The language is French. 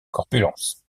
corpulence